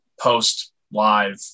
post-live